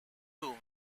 whom